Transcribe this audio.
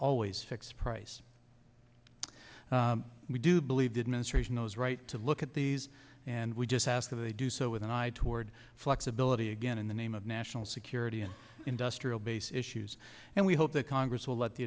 always fixed price we do believe did ministration those right to look at these and we just ask that they do so with an eye toward flexibility again in the name of national security and industrial base issues and we hope that congress will let the